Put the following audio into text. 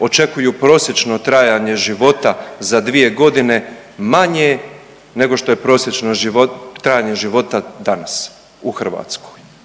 očekuju prosječno trajanje života za dvije godine manje nego što je prosječnost trajanja života danas u Hrvatskoj.